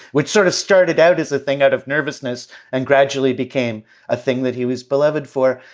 which sort of started out as a thing out of nervousness and gradually became a thing that he was beloved for.